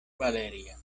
valeria